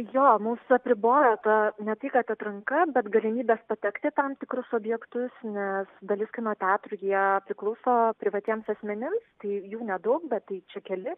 jo mus apribjo ta ne tai kad atranka bet galimybės patekti į tam tikrus objektus nes dalis kino teatrų jie priklauso privatiems asmenims tai jų nedaug bet tai čia keli